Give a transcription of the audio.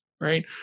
right